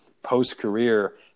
post-career